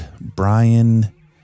brian